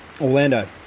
Orlando